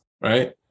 Right